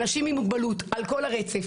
אנשים עם מוגבלות על כל הרצף,